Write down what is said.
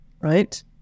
Right